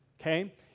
okay